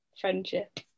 friendship